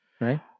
right